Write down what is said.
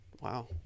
Wow